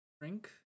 Drink